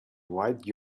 white